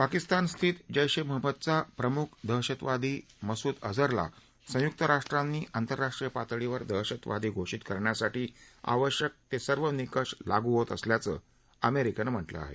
पाकिस्तान स्थित जैश ए महम्मदचा प्रमुख दहशतवादी मसूद अजहरला संय्क्त राष्ट्रांनी आंतरराष्ट्रीय पातळीवर दहशतवादी घोषित करण्यासाठी आवश्यक सर्व निकष लागू होत असल्याचं अमेरिकेनं म्हटलं आहे